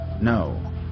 No